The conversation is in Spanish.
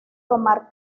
tomar